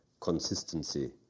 Consistency